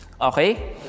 Okay